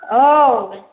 औ